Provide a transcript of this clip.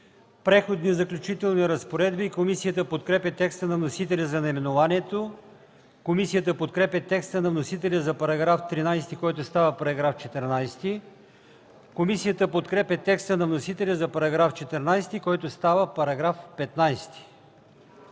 „Преходни и заключителни разпоредби”. Комисията подкрепя текста на вносителя за наименованието. Комисията подкрепя текста на вносителя за § 13, който става § 14. Комисията подкрепя текста на вносителя за § 14, който става § 15.